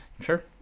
sure